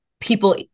people